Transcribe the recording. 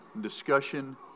discussion